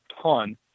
ton